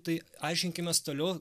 tai aiškinkimės toliau